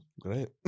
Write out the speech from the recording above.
great